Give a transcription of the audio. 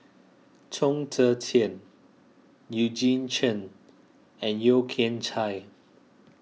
Chong Tze Chien Eugene Chen and Yeo Kian Chye